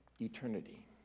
eternity